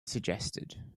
suggested